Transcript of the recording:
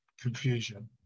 confusion